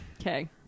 Okay